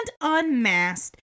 unmasked